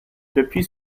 depuis